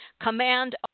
Command